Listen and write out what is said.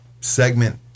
segment